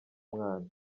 mwana